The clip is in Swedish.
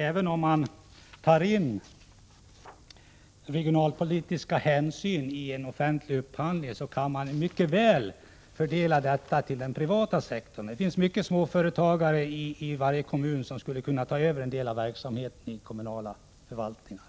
Även om man tar regionalpolitiska hänsyn i en offentlig upphandling kan man mycket väl göra en fördelning ut på den privata sektorn. Det finns många småföretagare i varje kommun som skulle kunna ta över en del verksamhet i de kommunala förvaltningarna,